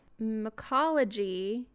mycology